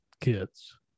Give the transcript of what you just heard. kids